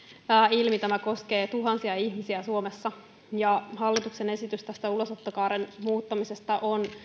ilmi tämä koskee tuhansia ihmisiä suomessa ja hallituksen esitys tästä ulosottokaaren muuttamisesta on